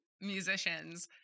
musicians